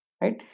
right